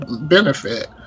benefit